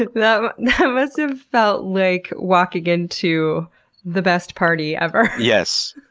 you know that must have felt like walking into the best party ever. yes.